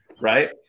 Right